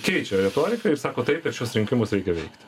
keičia retoriką ir sako taip per šiuos rinkimus reikia veikti